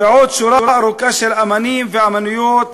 ועוד שורה ארוכה של אמנים ואמניות,